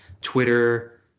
Twitter